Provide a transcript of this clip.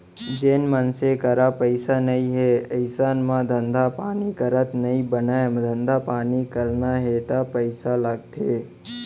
जेन मनसे करा पइसा नइ हे अइसन म धंधा पानी करत नइ बनय धंधा पानी करना हे ता पइसा लगथे